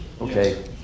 Okay